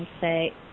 say